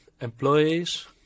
employees